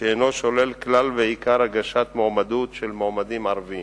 שאינו שולל כלל ועיקר הגשת מועמדות של מועמדים ערבים.